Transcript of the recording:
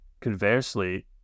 conversely